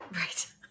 Right